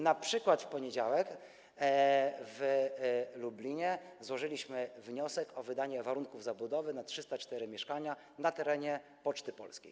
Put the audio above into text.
Na przykład w poniedziałek w Lublinie złożyliśmy wniosek o wydanie warunków zabudowy dla 304 mieszkań na terenie Poczty Polskiej.